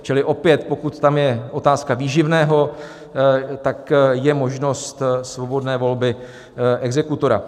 Čili opět, pokud tam je otázka výživného, tak je možnost svobodné volby exekutora.